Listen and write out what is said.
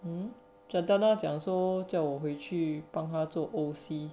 giordano 讲说叫我会去做 O_C